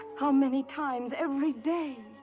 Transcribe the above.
how many times? every day!